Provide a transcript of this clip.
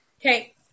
Okay